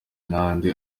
n’andi